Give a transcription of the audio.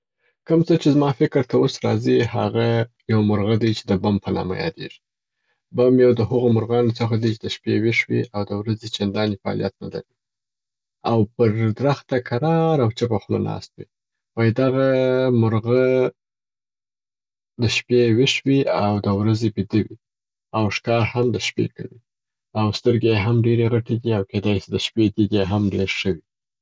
کم څه چې زما فکر ته اوس راځي، هغه یو مرغه دی چې د بم په نامه یادیږي. بم یو د هغو مرغانو څخه دی چې د شپې ویښ وي او د ورځي چنداني فعالیت نلري او پر درخته کرار او چپه خوله ناست وي. وایي دغه مرغه د شپې ویښ وي او د ورځي بیده وي او ښکار هم د شپې کوي او سترګې یې هم ډېري غټي دي او کیدای سي د شپې دید یې هم ډېر ښه وي.